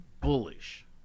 bullish